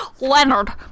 Leonard